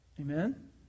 Amen